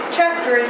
chapter